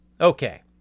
Okay